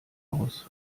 aus